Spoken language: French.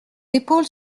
épaule